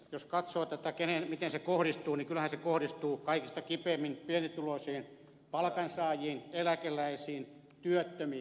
jos katsoo miten se kohdistuu niin kyllähän se kohdistuu kaikista kipeimmin pienituloisiin palkansaajiin eläkeläisiin työttömiin